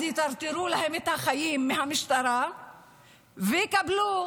יטרטרו להם את החיים במשטרה ואולי הם